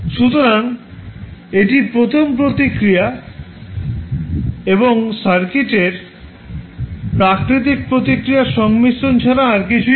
সুতরাং এটি প্রথম প্রতিক্রিয়া এবং সার্কিটের প্রাকৃতিক প্রতিক্রিয়ার সংমিশ্রণ ছাড়া আর কিছুই নয়